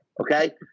Okay